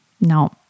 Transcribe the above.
No